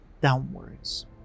downwards